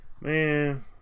man